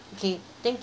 okay thank